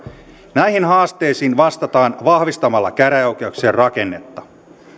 näihin haasteisiin vastataan vahvistamalla käräjäoikeuksien rakennetta